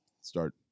start